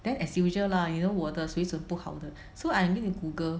then as usual lah you know 我的水准不好的 so I need to Google